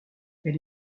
elle